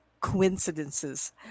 coincidences